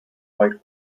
white